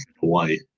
Hawaii